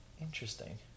Interesting